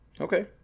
Okay